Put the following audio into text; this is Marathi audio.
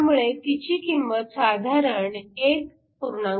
त्यामुळे तिची किंमत साधारण 1